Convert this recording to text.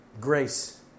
Grace